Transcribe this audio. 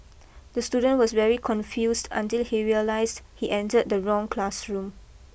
the student was very confused until he realised he entered the wrong classroom